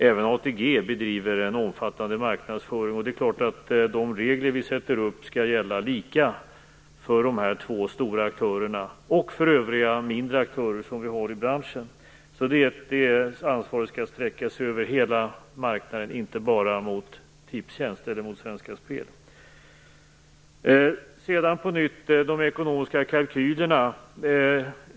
Även ATG bedriver en omfattande marknadsföring, och det är klart att de regler vi sätter upp skall gälla lika för de här två stora aktörerna och för övriga, mindre, aktörer i branschen. Det ansvaret skall sträcka sig över hela marknaden, inte bara mot Tipstjänst eller mot Svenska Spel. Låt mig sedan på nytt ta upp de ekonomiska kalkylerna.